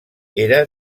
era